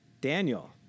Daniel